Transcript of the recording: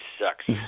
sucks